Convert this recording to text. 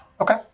Okay